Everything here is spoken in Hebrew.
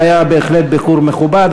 היה בהחלט ביקור מכובד,